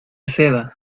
seda